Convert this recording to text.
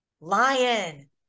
lion